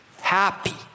happy